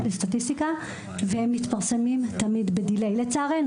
לסטטיסטיקה והם מתפרסמים תמיד בדיליי לצערנו.